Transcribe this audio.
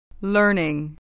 Learning